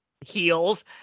heels